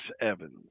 Evans